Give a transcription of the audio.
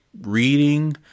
reading